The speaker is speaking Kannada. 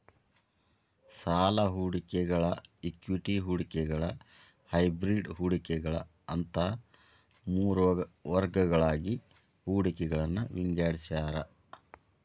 ಸಾಲ ಹೂಡಿಕೆಗಳ ಇಕ್ವಿಟಿ ಹೂಡಿಕೆಗಳ ಹೈಬ್ರಿಡ್ ಹೂಡಿಕೆಗಳ ಅಂತ ಮೂರ್ ವರ್ಗಗಳಾಗಿ ಹೂಡಿಕೆಗಳನ್ನ ವಿಂಗಡಿಸ್ಯಾರ